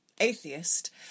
atheist